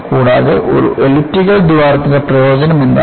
കൂടാതെ ഒരു എലിപ്റ്റിക്കൽ ദ്വാരത്തിന്റെ പ്രയോജനം എന്താണ്